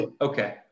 Okay